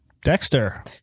Dexter